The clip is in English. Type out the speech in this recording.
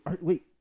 wait